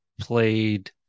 played